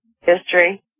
history